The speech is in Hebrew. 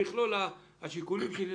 במכלול השיקולים שלי,